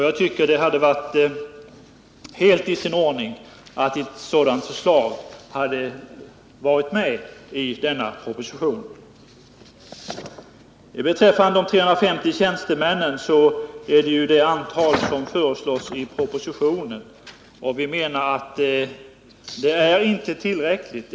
Jag tycker att det skulle ha varit helt i sin ordning att ett sådant förslag hade ingått i denna proposition. 350 tjänstemän är det antal som föreslås i propositionen. Vi menar att det inte är tillräckligt.